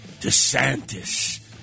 DeSantis